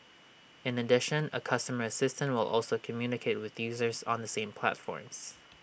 in addition A customer assistant will also communicate with users on the same platforms